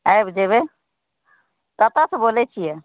आबि जेबै कतऽ सँ बोलै छियै